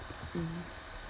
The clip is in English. mm